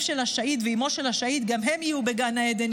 של השהיד ואימו של השהיד גם הם יהיו בגן העדן,